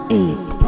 eight